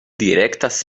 direktas